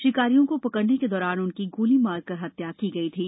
शिकारियों को पकडऩे के दौरान उनकी गोली मारकर हत्या की गई थी